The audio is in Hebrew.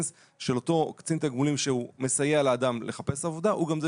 של אותו קצין תגמולים שהוא מסייע לאדם לחפש עבודה והוא גם זה